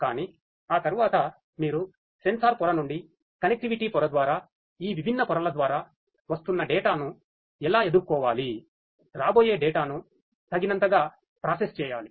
కానీ ఆ తరువాత మీరు సెన్సార్ పొర నుండి కనెక్టివిటీ పొర ద్వారా ఈ విభిన్న పొరల ద్వారా వస్తున్న డేటా చేయాలి